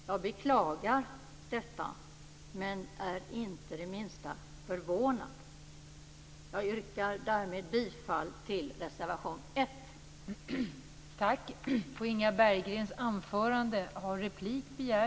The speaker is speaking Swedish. Jag beklagar detta, men jag är inte det minsta förvånad. Jag yrkar därmed bifall till reservation 1.